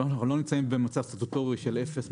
אנחנו לא נמצאים במצב סטטוטורי של אפס,